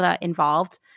involved